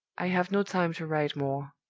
i have no time to write more.